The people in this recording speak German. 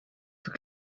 für